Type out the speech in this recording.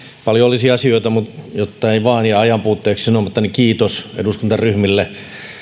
paljon olisi asioita mutta jotta ei vain jää ajanpuutteessa sanomatta niin kiitos eduskuntaryhmille